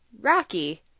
Rocky